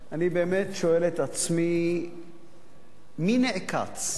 אני באמת שואל את עצמי מי נעקץ,